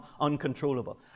uncontrollable